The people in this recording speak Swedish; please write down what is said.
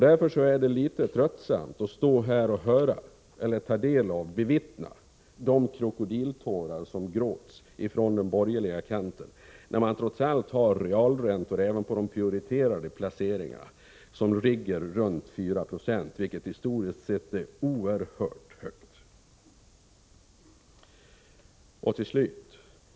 Därför är det litet tröttsamt att här bevittna de krokodiltårar som gråts på den borgerliga kanten, när man trots allt har realräntor även på de prioriterade placeringarna som ligger runt 4 96, vilket historiskt sett är oerhört högt.